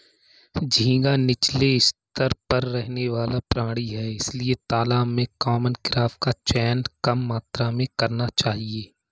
झींगा नीचले स्तर पर रहने वाला प्राणी है इसलिए तालाब में कॉमन क्रॉप का चयन कम मात्रा में करना चाहिए